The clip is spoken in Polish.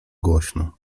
głośno